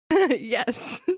Yes